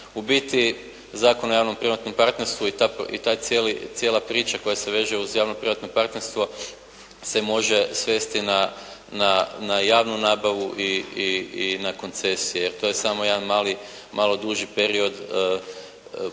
U biti Zakon o javno-privatnom partnerstvu i ta i taj cijeli, cijela priča koja se veže uz javno-privatno partnerstvo se može svesti na javnu nabavu i na koncesije. To je samo jedan mali, malo duži period i projekti